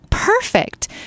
Perfect